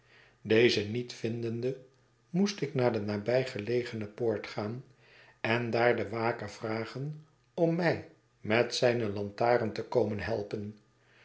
deze niet vindende moest ik naar de nabijgelegene poort gaan en daar den waker vragen om mij met zijne lantaren te komen helpen